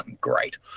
great